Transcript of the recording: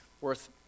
worth